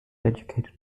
educated